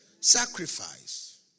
Sacrifice